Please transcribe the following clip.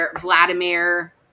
Vladimir